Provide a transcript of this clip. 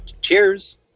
Cheers